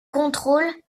contrôle